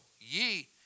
ye